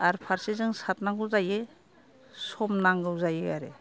आरो फारसेजों सारनांगौ जायो सम नांगौ जायो आरो